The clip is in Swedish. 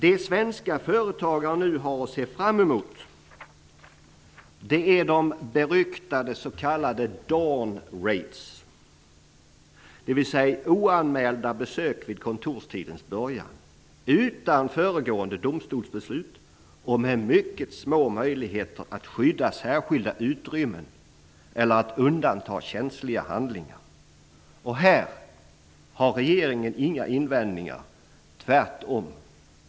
Det som svenska företagare nu har att se fram emot är de beryktade s.k. dawn-raids, dvs. oanmälda besök vid kontorstidens början, utan föregående domstolsbeslut och med mycket små möjligheter att skydda särskilda utrymmen eller att undanta känsliga handlingar. Här har regeringen inga invändningar, tvärtom.